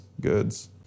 goods